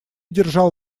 держал